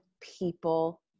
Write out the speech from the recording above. people